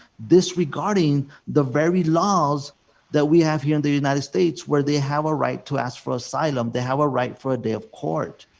disregarding the very laws that we have here in the united states where they have a right to ask for asylum, they have a right for a day of court.